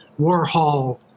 Warhol